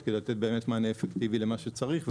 כדי לתת באמת מענה אפקטיבי למה שצריך.